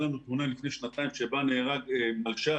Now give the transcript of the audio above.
לנו תלונה לפני שנתיים בה נהרג מלש"ב,